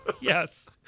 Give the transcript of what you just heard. Yes